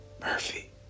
Murphy